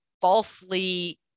falsely